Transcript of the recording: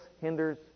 hinders